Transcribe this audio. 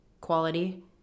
quality